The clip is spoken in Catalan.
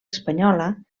espanyola